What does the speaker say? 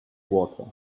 water